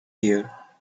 here